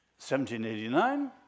1789